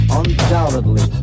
undoubtedly